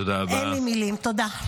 אין לי מילים, תודה.